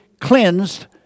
cleansed